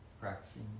practicing